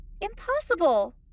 Impossible